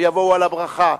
ויבואו על הברכה.